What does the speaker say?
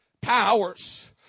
powers